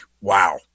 wow